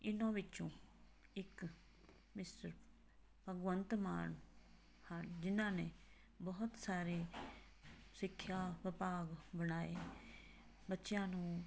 ਇਹਨਾਂ ਵਿੱਚੋਂ ਇੱਕ ਮਿਸਟਰ ਭਗਵੰਤ ਮਾਨ ਹਨ ਜਿਹਨਾਂ ਨੇ ਬੁਹਤ ਸਾਰੇ ਸਿੱਖਿਆ ਵਿਭਾਗ ਬਣਾਏ ਬੱਚਿਆਂ ਨੂੰ